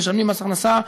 משלמים מס הכנסה,